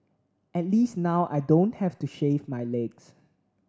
at least now I don't have to shave my legs